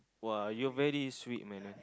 !wah! you're very sweet man